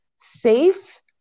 safe